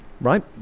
Right